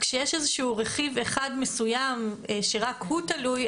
כשיש איזשהו רכיב אחד מסוים שרק הוא תלוי,